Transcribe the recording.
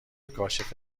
کاشف